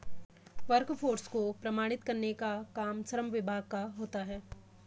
workforce को प्रमाणित करने का काम श्रम विभाग का होता है